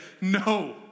no